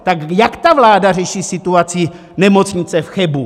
Tak jak ta vláda řeší situaci Nemocnice v Chebu?